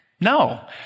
No